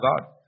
God